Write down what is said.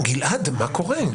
גלעד, מה קורה?